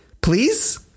Please